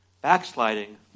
Backsliding